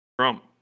Trump